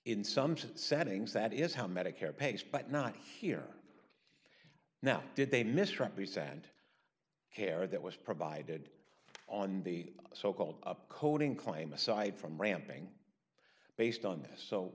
in some settings that is how medicare pays but not here now did they misrepresent care that was provided on the so called up coding claim aside from ramping based on this so